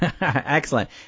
Excellent